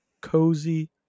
cozy